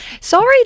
Sorry